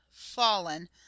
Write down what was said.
fallen